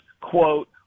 quote